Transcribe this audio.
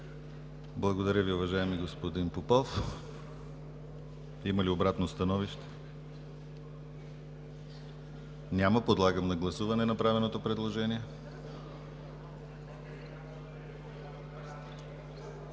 Благодаря Ви, уважаеми господин Кирилов. Има ли обратно становище? Няма. Подлагам на гласуване направеното предложение.